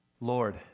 Lord